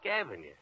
Avenue